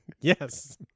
Yes